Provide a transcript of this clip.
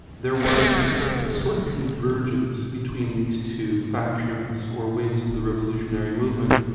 there was a sort of convergence between these two factions, or wings of the revolutionary movement,